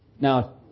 now